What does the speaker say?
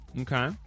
Okay